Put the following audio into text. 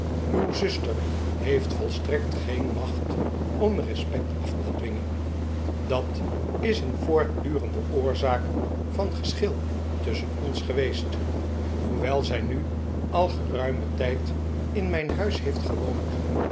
uw zuster heeft volstrekt geen macht om respect af te dwingen dat is een voortdurende oorzaak van geschil tusschen ons geweest hoewel zij nu al geruimen tijd in mijn huis heeft gewoond